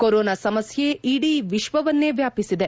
corona ಸಮಸ್ಯೆ ಇಡೀ ವಿಶ್ವವನ್ತೇ ವ್ಯಾಪಿಸಿದೆ